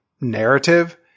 narrative